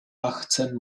achtzehn